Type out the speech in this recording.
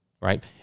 Right